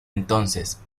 entonces